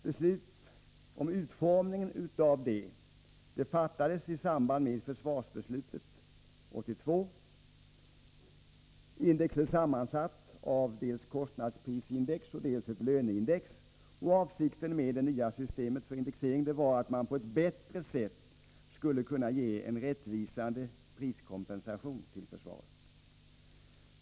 Beslut om utformningen av detta fattades i samband med försvarsbeslutet 1982. Index är sammansatt av dels kostnadsprisindex, dels ett löneindex, och avsikten med det nya systemet för indexering var att man på ett bättre sätt skulle kunna ge en rättvis priskompensation till försvaret.